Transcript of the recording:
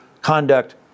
conduct